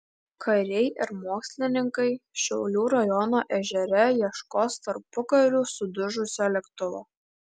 kariai ir mokslininkai šiaulių rajono ežere ieškos tarpukariu sudužusio lėktuvo